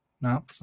no